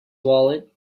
wallet